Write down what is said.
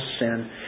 sin